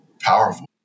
powerful